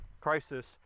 crisis